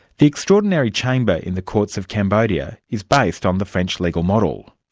the extraordinary chamber in the courts of cambodia is based on the french legal model.